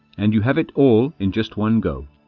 and you have it all in just one go.